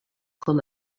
com